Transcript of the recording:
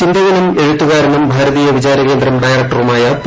ചിന്തകനും എഴുത്തുകാരനും ഭാരതീയ വിചാരകേന്ദ്രം ഡയറക്ടറുമായ പി